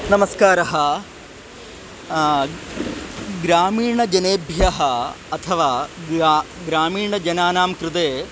नमस्कारः ग्रामीणजनेभ्यः अथवा ग्रा ग्रामीणजनानां कृते